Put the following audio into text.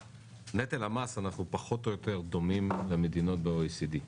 בנטל המס אנחנו פחות או יותר דומים למדינות ב-OECD?